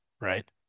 right